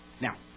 Now